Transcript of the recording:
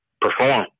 perform